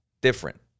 Different